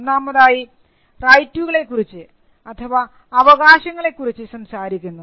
ഒന്നാമതായി റൈറ്റുകളെക്കുറിച്ച് അവകാശങ്ങളെക്കുറിച്ച് സംസാരിക്കുന്നു